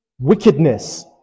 Wickedness